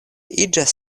iĝas